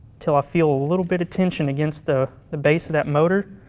until i feel a little bit of tension against the the base of that motor.